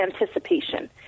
anticipation